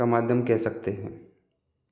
का माध्यम कह सकते हैं